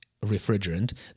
refrigerant